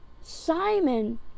Simon